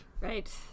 Right